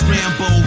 Rambo